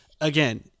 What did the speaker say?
Again